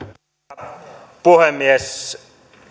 arvoisa puhemies